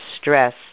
stress